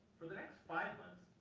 for the next five months,